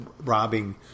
robbing